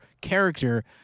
character